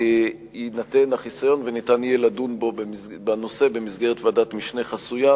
יינתן החיסיון וניתן יהיה לדון בנושא במסגרת ועדת משנה חסויה,